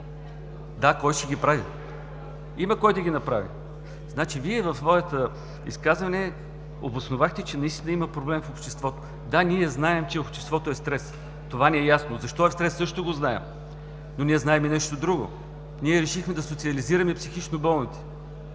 Да, кой ще ги прави? Има кой да ги направи. Вие в своето изказване обосновахте, че наистина има проблем в обществото. Да, ние знаем, че обществото е в стрес. Това ни е ясно. Защо е в стрес, също го знаем, но ние знаем и нещо друго. Ние решихме да социализираме психично болните